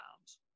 times